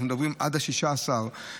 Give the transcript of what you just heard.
אנחנו מדברים עד 16 ביולי,